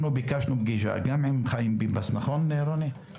ביקשנו פגישה גם עם חיים ביבס וגם עם